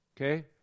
Okay